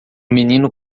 menino